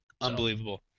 Unbelievable